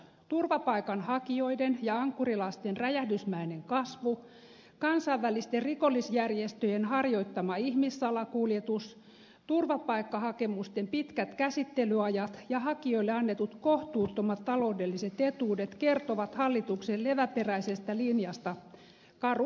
turvapaikanhakijoiden ja ankkurilasten räjähdysmäinen kasvu kansainvälisten rikollisjärjestöjen harjoittama ihmissalakuljetus turvapaikkahakemusten pitkät käsittelyajat ja hakijoille annetut kohtuuttomat taloudelliset etuudet kertovat hallituksen leväperäisestä linjasta karua kieltään